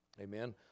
Amen